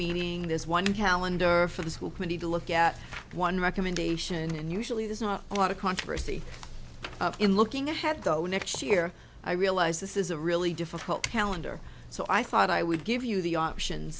meaning there's one calendar for the school committee to look at one recommendation and usually there's not a lot of controversy in looking ahead though next year i realize this is a really difficult calendar so i thought i would give you the option